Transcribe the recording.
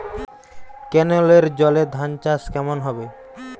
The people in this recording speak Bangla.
কেনেলের জলে ধানচাষ কেমন হবে?